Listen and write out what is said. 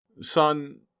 Son